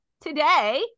today